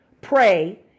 pray